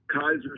Kaiser